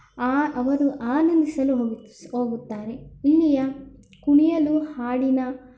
ಆ ಅವರು ಆನಂದಿಸಲು ಹೋಗುತ್ತಾರೆ ಇಲ್ಲಿಯ ಕುಣಿಯಲು ಹಾಡಿನ